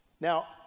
Now